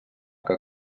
que